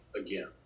again